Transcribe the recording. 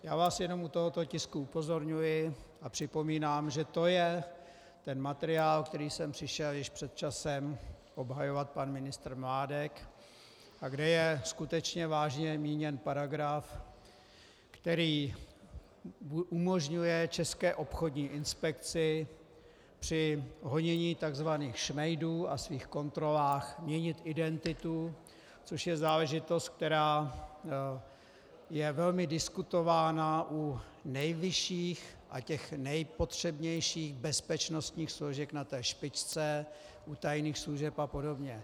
Já vás jenom u tohoto tisku upozorňuji a připomínám, že to je ten materiál, který sem přišel již před časem obhajovat pan ministr Mládek a kde je skutečně vážně míněn paragraf, který umožňuje České obchodní inspekci při honění takzvaných šmejdů a svých kontrolách měnit identitu, což je záležitost, která je velmi diskutována u nejvyšších a těch nejpotřebnějších bezpečnostních složek na té špičce, u tajných služeb apod.